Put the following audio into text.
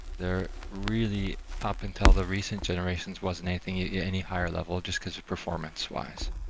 they're really up until the recent generations wasn't anything any higher level, just because of performance-wise.